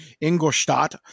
Ingolstadt